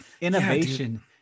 Innovation